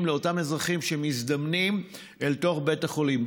לאותם אזרחים שמזדמנים אל תוך בית החולים.